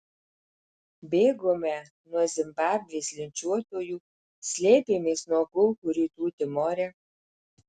bėgome nuo zimbabvės linčiuotojų slėpėmės nuo kulkų rytų timore